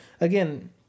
again